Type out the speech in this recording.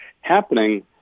happening –